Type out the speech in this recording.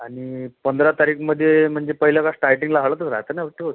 आणि पंधरा तारीख मध्ये म्हणजे पहिलं का स्टार्टींगला हळदच राहते ना उष्टी होते